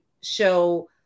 show